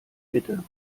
bitte